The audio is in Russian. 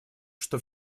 что